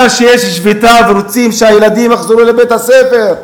כי יש שביתה ורוצים שהילדים יחזרו לבית-הספר,